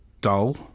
dull